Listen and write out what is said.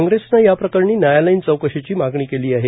काँग्रेसनं या प्रकरणी न्यायालयीन चौकशीची मागणी केली आहे